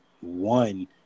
one